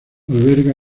alberga